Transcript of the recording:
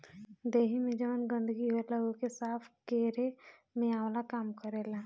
देहि में जवन गंदगी होला ओके साफ़ केरे में आंवला काम करेला